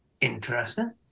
Interesting